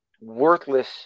worthless